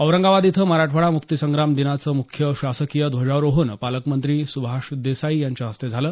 औरंगाबाद इथं मराठवाडा मुक्तिसंग्राम दिनाचं मुख्य शासकीय ध्वजारोहण पालकमंत्री सुभाष देसाई यांच्या हस्ते झालं